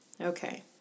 okay